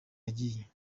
yagiye